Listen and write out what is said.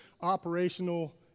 operational